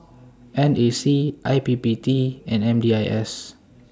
N A C I P P T and M D I S